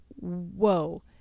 whoa